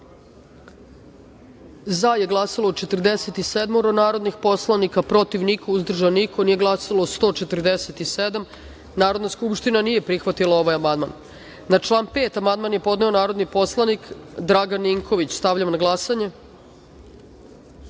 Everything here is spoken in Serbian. za je glasalo – 47 narodnih poslanika, protiv – niko, uzdržan – niko, nije glasalo – 147.Narodna skupština nije prihvatila ovaj amandman. Na član 5. amandman je podneo narodni poslanik Dragan Ninković. Stavljam na glasanje